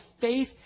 faith